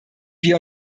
wir